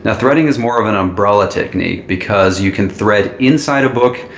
and threading is more of an umbrella technique, because you can thread inside a book,